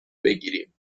بگیریم